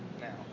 now